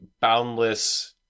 boundless